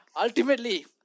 Ultimately